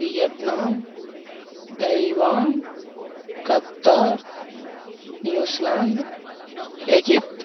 Vietnam Taiwan Qatar New Zealand Egypt